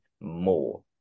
more